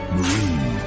Marine